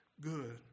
good